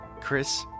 Chris